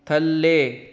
ਥੱਲੇ